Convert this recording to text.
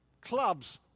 clubs